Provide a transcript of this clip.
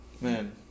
Man